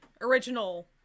original